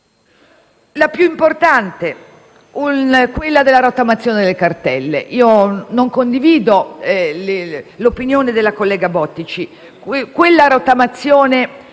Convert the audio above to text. La più importante è la rottamazione delle cartelle. Non condivido l'opinione della collega Bottici: la rottamazione